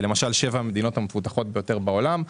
כמו שבע המדינות המפותחות ביותר בעולם,